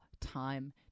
time